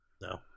No